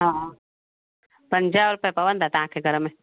हा पंजाह रूपया पवंदा तव्हांखे घर में